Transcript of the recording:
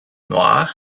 noir